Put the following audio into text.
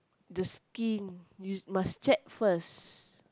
the skin you must check first